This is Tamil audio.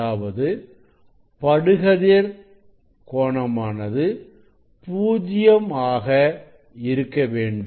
அதாவது படுகதிர் கோணமானது பூஜ்ஜியம் ஆக இருக்க வேண்டும்